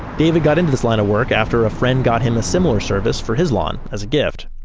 david got into this line of work after a friend got him a similar service for his lawn as a gift.